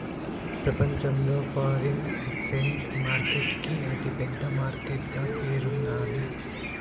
ప్రపంచంలో foreign exchange market కి అతి పెద్ద మార్కెట్ గా పేరున్నాది